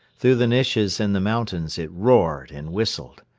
through the niches in the mountains it roared and whistled.